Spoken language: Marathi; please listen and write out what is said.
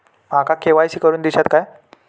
माका के.वाय.सी करून दिश्यात काय?